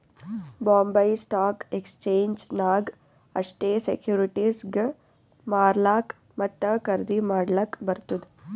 Bombay stock exchange ನಾಗ್ ಅಷ್ಟೇ ಸೆಕ್ಯೂರಿಟಿಸ್ಗ್ ಮಾರ್ಲಾಕ್ ಮತ್ತ ಖರ್ದಿ ಮಾಡ್ಲಕ್ ಬರ್ತುದ್